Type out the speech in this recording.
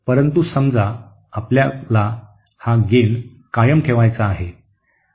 परंतु समजा आपल्याला हा गेन कायम ठेवायचा आहे